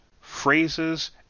phrases